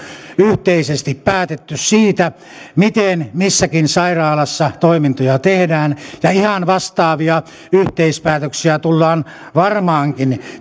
yhteisesti päätetty siitä miten missäkin sairaalassa toimintoja tehdään ja ihan vastaavia yhteispäätöksiä tullaan varmaankin